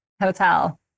hotel